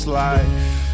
life